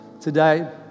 today